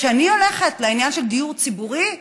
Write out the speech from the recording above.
כשאני הולכת לעניין של דיור ציבורי,